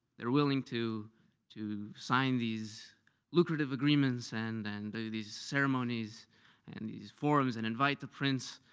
they're willing to to sign these lucrative agreements and and do these ceremonies and these forums and invite the prince,